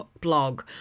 blog